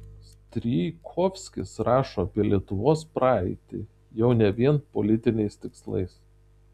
strijkovskis rašo apie lietuvos praeitį jau ne vien politiniais tikslais